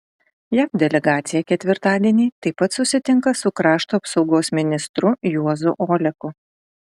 jav delegacija ketvirtadienį taip pat susitinka su krašto apsaugos ministru juozu oleku